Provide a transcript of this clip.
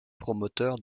promoteurs